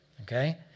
Okay